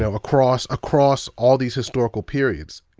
so across across all these historical periods.